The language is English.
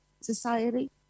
society